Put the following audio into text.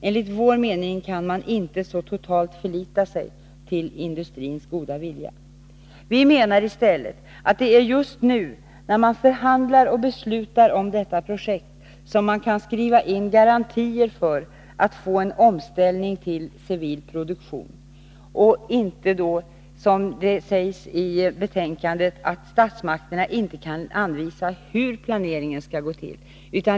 Enligt vår mening kan man inte så totalt förlita sig till industrins goda vilja. Vi menar i stället att det är just nu, när man förhandlar och beslutar om detta projekt, som man kan skriva in garantier för en omställning till civil produktion. I betänkandet sägs att statsmakterna inte kan anvisa hur planeringen skall gå till.